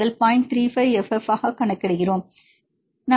35 fF ஐ கணக்கிடுகிறோம்